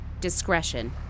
Discretion